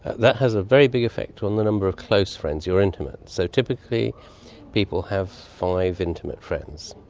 that has a very big effect on the number of close friends, your intimates. so typically people have five intimate friends.